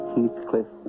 Heathcliff